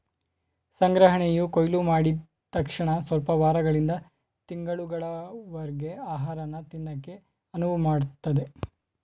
ಸಂಗ್ರಹಣೆಯು ಕೊಯ್ಲುಮಾಡಿದ್ ತಕ್ಷಣಸ್ವಲ್ಪ ವಾರಗಳಿಂದ ತಿಂಗಳುಗಳವರರ್ಗೆ ಆಹಾರನ ತಿನ್ನಕೆ ಅನುವುಮಾಡ್ತದೆ